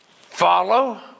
Follow